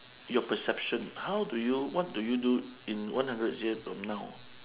your perception how do you what do you do in one hundred years from now